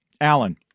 Allen